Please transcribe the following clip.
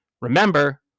Remember